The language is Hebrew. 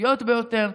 החברתיות ביותר.